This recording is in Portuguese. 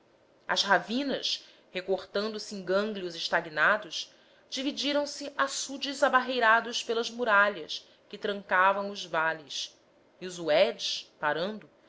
as ravinas recortando se em gânglios estagnados dividiram se em açudes abarreirados pelas muralhas que trancavam os vales e os uedes parando